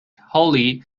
holly